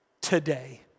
today